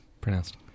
pronounced